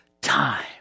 time